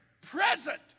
present